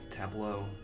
tableau